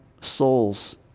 souls